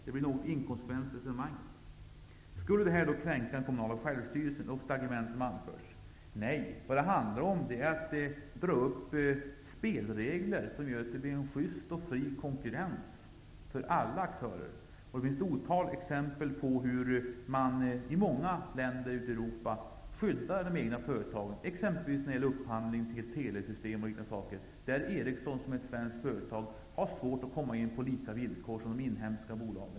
Det blir ett något inkonsekvent resonemang. Ett argument som anförs är också att förslaget skulle kränka den kommunala självstyrelsen. Men vad det handlar om är att skapa spelregler som innebär en just och fri konkurrens för alla aktörer. Det finns ett otal exempel på hur man i många länder ute i Europa skyddar de egna företagen, exempelvis när det gäller upphandling av telesystem och liknande saker. Ericsson, som är ett svenskt företag, har svårt att komma in på samma villkor som de inhemska bolagen.